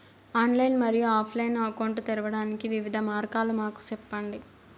Online మరియు offline account తెరవడానికి వివిధ మార్గాలు మాకు సెప్పండి?